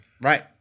Right